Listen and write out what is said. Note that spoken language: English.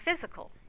physical